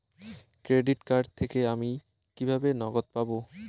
Credit card থেকে আমি কিভাবে নগদ পাব?